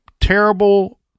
terrible